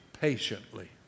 patiently